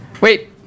Wait